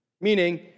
meaning